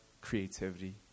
creativity